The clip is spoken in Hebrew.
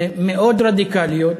הן מאוד רדיקליות,